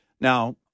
Now